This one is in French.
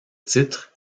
titre